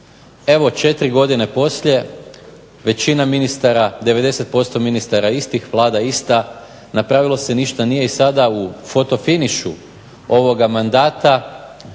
Evo 4 godine poslije većina ministara, 90% ministara istih vlada ista, napravilo se ništa nije i sada u foto finišu ovoga mandata